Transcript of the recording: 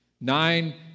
nine